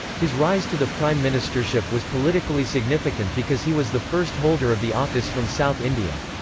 his rise to the prime ministership was politically significant because he was the first holder of the office from south india.